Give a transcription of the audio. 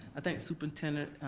i think superintendent,